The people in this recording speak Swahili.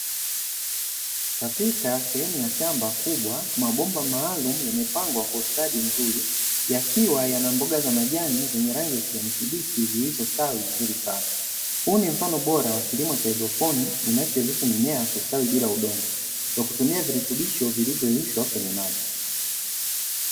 Katika sehemu ya shamba mabomba maalumu yamepangwa kwa ustadi mzuri yakiwa yana mboga za majani yenye rangi ya kijani kibichi zilizostawi vizuri sana, huu ni mfano bora wa kilimo cha haidroponi kinachowezesha mimea kustawi bila udongo, kwa kutumia virutubisho vilivyoyeyushwa kwenye maji.